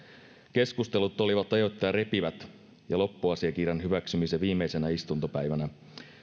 keskustelut olivat ajoittain repivät ja loppuasiakirjan hyväksyminen viimeisenä istuntopäivänä